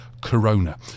Corona